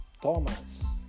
Thomas